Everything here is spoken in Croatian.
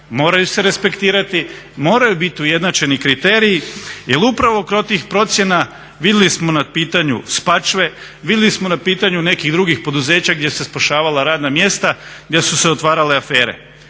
moraju se respektirati, moraju bit ujednačeni kriteriji jer upravo kod tih procjena vidjeli smo na pitanju Spačve, vidjeli smo na pitanju nekih drugih poduzeća gdje su se spašavala radna mjesta, gdje su se otvarale afere.